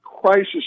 crisis